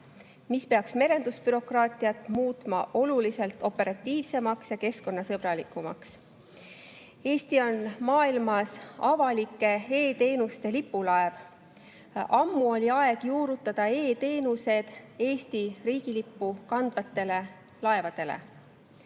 mis peaks merendusbürokraatia muutma oluliselt operatiivsemaks ja keskkonnasõbralikumaks. Eesti on maailmas avalike e-teenuste lipulaev. Ammu oli aeg juurutada e-teenused Eesti riigilippu kandvatele laevadele.